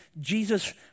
Jesus